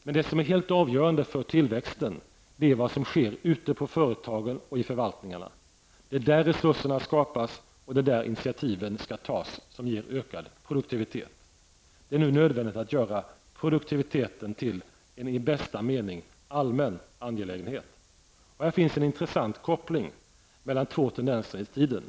Men det som är helt avgörande för tillväxten är vad som sker ute på företagen och förvaltningarna. Det är där resurserna skapas, och det är där initiativen som ger ökad produktivitet skall tas. Det är nu nödvändigt att göra produktiviteten till en i bästa mening allmän angelägenhet. Här finns en intressant koppling mellan två tendenser i tiden.